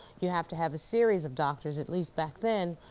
you have to have a series of doctors, at least back then,